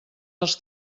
els